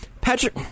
Patrick